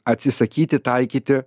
atsisakyti taikyti